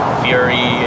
fury